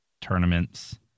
tournaments